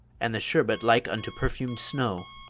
and the sherbet like unto perfumed snow?